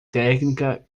técnica